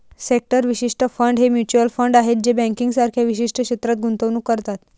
sector विशिष्ट fund हे mutual fund आहेत जे बँकिंग सारख्या विशिष्ट क्षेत्रात गुंतवणूक करतात